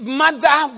mother